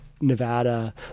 Nevada